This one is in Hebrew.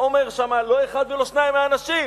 אומרים שם לא אחד ולא שניים מהאנשים.